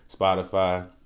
Spotify